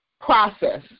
process